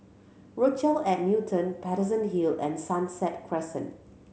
Rochelle at Newton Paterson Hill and Sunset Crescent